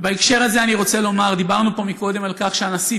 בהקשר הזה אני רוצה לומר: דיברנו פה קודם על כך שהנשיא